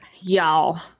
Y'all